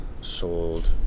sold